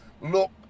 look